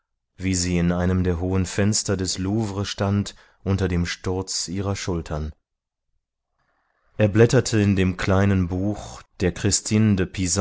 wie sie in einem der hohen fenster des louvre stand unter dem sturz ihrer schultern er blätterte in dem kleinen buch der christine